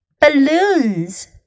Balloons